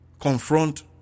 confront